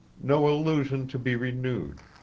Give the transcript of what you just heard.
no illusion to be renewed,